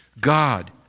God